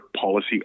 policy